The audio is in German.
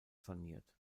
saniert